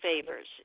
favors